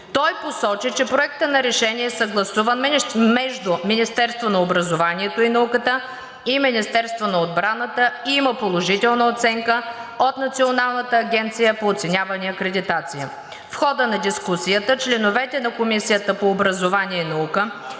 Той посочи, че Проектът на решение е съгласуван между Министерството на образованието и науката и Министерството на отбраната и има положителна оценка от Националната агенция по оценяване и акредитация. В хода на дискусията членовете на Комисията по образованието и науката